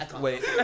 wait